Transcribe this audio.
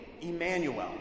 Emmanuel